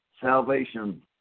salvation